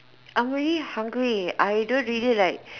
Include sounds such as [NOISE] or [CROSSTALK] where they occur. I'm already hungry I don't really like [BREATH]